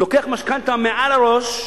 לוקח משכנתה מעל הראש,